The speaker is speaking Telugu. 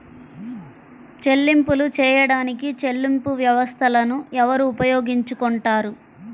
చెల్లింపులు చేయడానికి చెల్లింపు వ్యవస్థలను ఎవరు ఉపయోగించుకొంటారు?